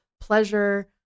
pleasure